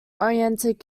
oriented